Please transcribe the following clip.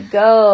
go